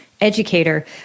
educator